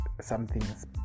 something's